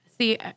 See